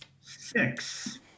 Six